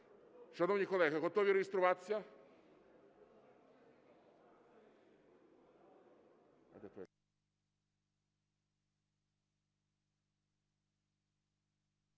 Шановні колеги, готові реєструватися?